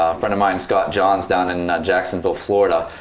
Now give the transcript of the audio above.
ah friend of mine scott john's down in jacksonville florida.